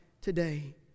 today